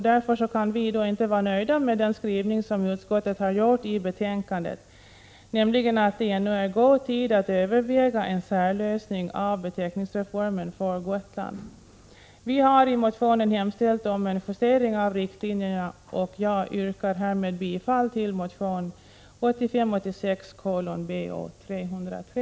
Därför kan vi inte vara nöjda med den skrivning som utskottet har gjort i betänkandet, nämligen att det ännu är god tid att överväga en särlösning av beteckningsreformen för Gotland. Vi har i motionen hemställt om en justering av riktlinjerna, och jag yrkar härmed bifall till motion 1985/86:B0303.